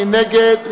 מי נגד?